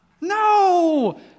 No